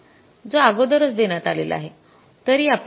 ५ जो अगोदरच देण्यात आलेला आहे